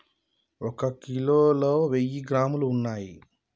ఒక కిలోలో వెయ్యి గ్రాములు ఉన్నయ్